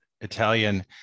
Italian